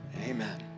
Amen